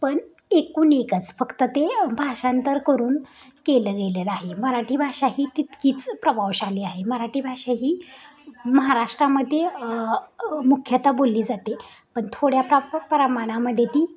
पण एकून एकच फक्त ते भाषांतर करून केलं गेलेलं आहे मराठी भाषा ही तितकीच प्रभावशाली आहे मराठी भाषा ही महाराष्ट्रामध्ये मुख्यत बोलली जाते पण थोड्याफार प्रमाणामध्ये ती